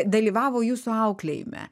dalyvavo jūsų auklėjime